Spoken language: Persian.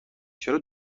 چرا